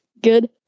Good